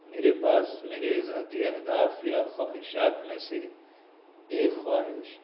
میرے پاس میرے ذاتی اہداف یا خواہشات میں سے ایک خواہش